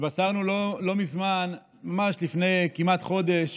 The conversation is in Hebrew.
התבשרנו לא מזמן, ממש לפני כחודש,